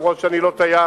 גם אם אני לא טייס